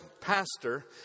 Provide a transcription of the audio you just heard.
pastor